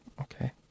Okay